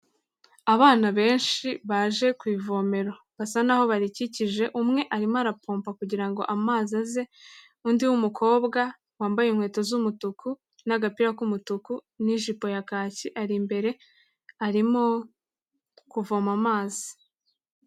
Abana benshi baje ku ivomero, basa naho barikikije umwe arimo arapompa kugira ngo amazi aze, undi w'umukobwa wambaye inkweto z'umutuku n'agapira k'umutuku n'ijipo ya kaki, ari imbere arimo kuvoma amazi.